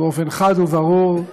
באופן חד וברור,